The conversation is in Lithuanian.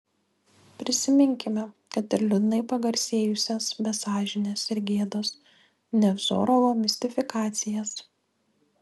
prisiminkime kad ir liūdnai pagarsėjusias be sąžinės ir gėdos nevzorovo mistifikacijas